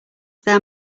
there